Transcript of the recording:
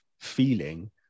feeling